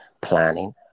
planning